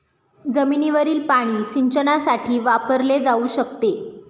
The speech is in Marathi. जमिनीवरील पाणी सिंचनासाठी वापरले जाऊ शकते